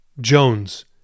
Jones